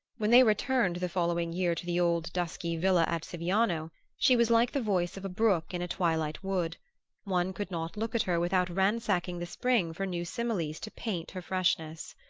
when they returned the following year to the old dusky villa at siviano she was like the voice of a brook in a twilight wood one could not look at her without ransacking the spring for new similes to paint her freshness.